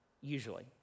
usually